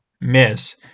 miss